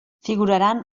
figuraran